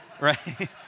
Right